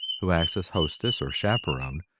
who acts as hostess, or chaperon,